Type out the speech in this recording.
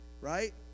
right